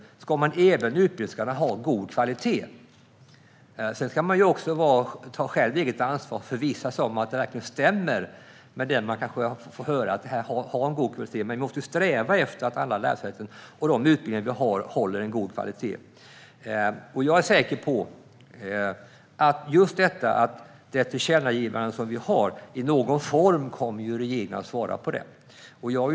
Om man erbjuder en utbildning ska man ha en god kvalitet. Sedan ska studenten ta ett eget ansvar och förvissa sig om det man kanske får höra verkligen stämmer: Har detta en god kvalitet? Vi måste sträva efter att alla lärosäten och de utbildningar vi har håller en god kvalitet. Jag är säker på att regeringen i någon form kommer att svara på det tillkännagivande som vi har.